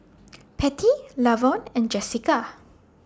Pattie Lavon and Jessika